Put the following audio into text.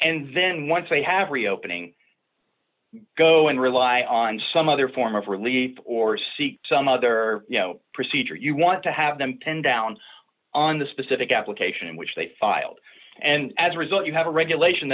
and then once they have reopening go and rely on some other form of relief or seek some other you know procedure you want to have them pinned down on the specific application in which they filed and as a result you have a regulation